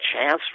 chance